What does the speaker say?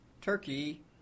turkey